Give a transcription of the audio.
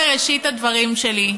בראשית הדברים שלי,